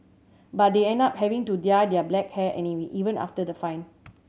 but they end up having to dye their hair black anyway even after the fine